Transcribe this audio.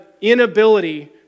inability